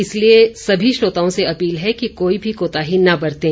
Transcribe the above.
इसलिए सभी श्रोताओं से अपील है कि कोई भी कोताही न बरतें